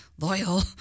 loyal